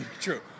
True